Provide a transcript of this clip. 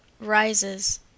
Rises